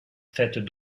faites